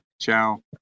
ciao